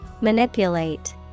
Manipulate